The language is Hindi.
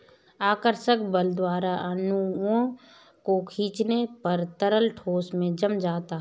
आकर्षक बल द्वारा अणुओं को खीचने पर तरल ठोस में जम जाता है